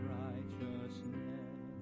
righteousness